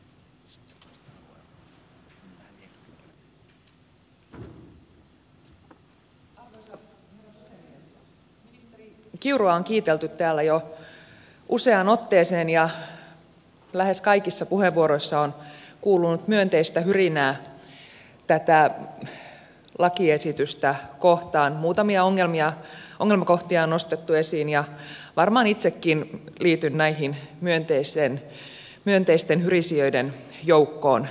ministeri kiurua on kiitelty täällä jo useaan otteeseen ja lähes kaikista puheenvuoroista on kuulunut myönteistä hyrinää tätä lakiesitystä kohtaan muutamia ongelmakohtia on nostettu esiin ja varmaan itsekin liityn näihin myönteisten hyrisijöiden joukkoon